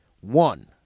One